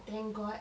thank god